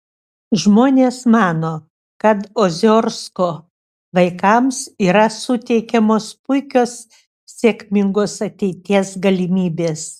žmonės mano kad oziorsko vaikams yra suteikiamos puikios sėkmingos ateities galimybės